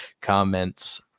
comments